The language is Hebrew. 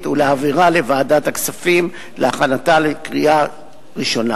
ולהעבירה לוועדת הכספים להכנתה לקריאה ראשונה.